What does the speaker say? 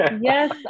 yes